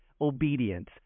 obedience